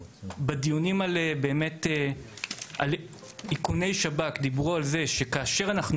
בדיונים על איכוני השב"כ דיברו על זה שכאשר אנחנו